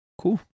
Cool